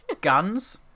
guns